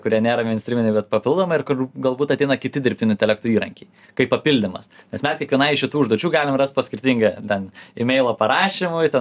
kurie nėra meinstryminiai bet papildomai ir kur galbūt ateina kiti dirbtinio intelekto įrankiai kaip papildymas nes mes kiekvienai iš šitų užduočių galim rasti po skirtingą ten imeilo parašymui ten